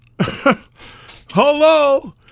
Hello